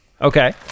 Okay